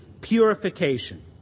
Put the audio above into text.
purification